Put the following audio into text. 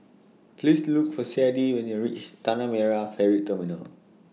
Please Look For Sadie when YOU REACH Tanah Merah Ferry Terminal